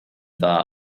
dda